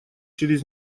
через